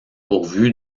pourvu